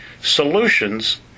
solutions